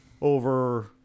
Over